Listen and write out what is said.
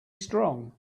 strong